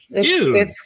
Dude